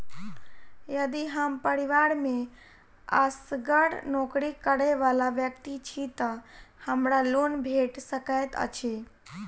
यदि हम परिवार मे असगर नौकरी करै वला व्यक्ति छी तऽ हमरा लोन भेट सकैत अछि?